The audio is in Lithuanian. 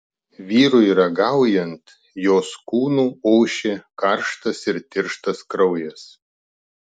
vyrui ragaujant jos kūnu ošė karštas ir tirštas kraujas